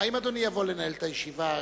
האם אדוני יבוא לנהל את הישיבה?